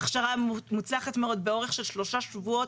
הכשרה מוצלחת מאוד באורך של שלושה שבועות,